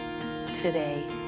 today